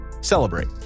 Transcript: celebrate